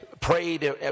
prayed